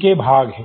के भाग हैं